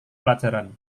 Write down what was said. pelajaran